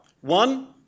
one